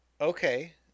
okay